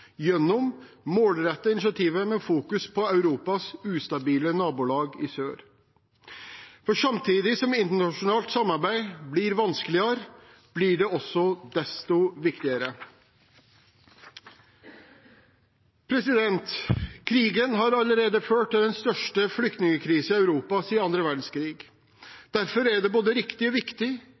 gjennom å målrette initiativet, med fokus på Europas ustabile nabolag i sør. For samtidig som internasjonalt samarbeid blir vanskeligere, blir det også desto viktigere. Krigen har allerede ført til den største flyktningkrisen i Europa siden annen verdenskrig. Derfor er det både riktig og viktig